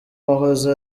wahoze